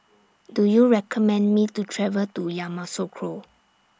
Do YOU recommend Me to travel to Yamoussoukro